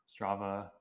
Strava